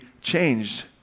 changed